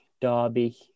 Derby